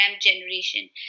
generation